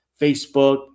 Facebook